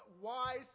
wise